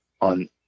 on